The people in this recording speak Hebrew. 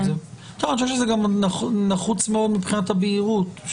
זה נחוץ מאוד מבחינת הבהירות.